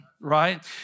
right